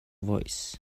voice